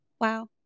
Wow